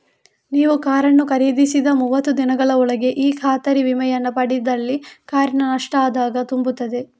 ನೀವು ಕಾರನ್ನು ಖರೀದಿಸಿದ ಮೂವತ್ತು ದಿನಗಳ ಒಳಗೆ ಈ ಖಾತರಿ ವಿಮೆಯನ್ನ ಪಡೆದಲ್ಲಿ ಕಾರಿನ ನಷ್ಟ ಆದಾಗ ತುಂಬುತ್ತದೆ